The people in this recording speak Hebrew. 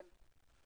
כן.